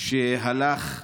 שהלך לתומו,